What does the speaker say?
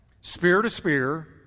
spear-to-spear